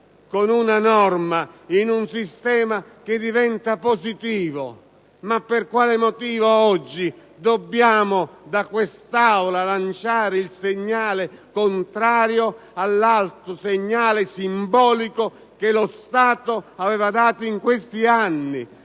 con una norma in un sistema che diventa positivo? Per quale motivo oggi dobbiamo lanciare da quest'Aula il segnale contrario all'alto segnale simbolico che lo Stato aveva dato in questi anni?